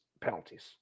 penalties